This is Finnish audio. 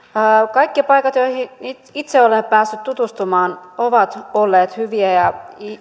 kaikki paikat joihin itse itse olen päässyt tutustumaan ovat olleet hyviä ja